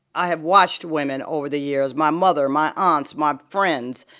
i have watched women over the years my mother, my aunts, my friends,